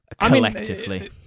collectively